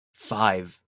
five